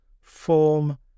form